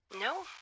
No